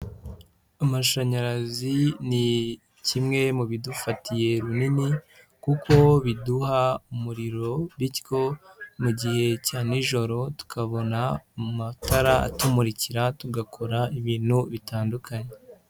Amashanyarazi ni kimwe mu bidufatiye runini kuko biduha umuriro, bityo mu gihe cya nijoro tukabona amatara atumurikira tugakora ibintu bitandukanye.